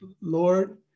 Lord